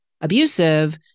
abusive